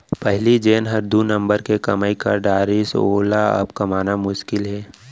पहिली जेन हर दू नंबर के कमाई कर डारिस वोला अब कमाना मुसकिल हे